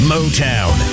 Motown